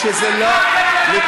הלכת